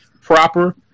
proper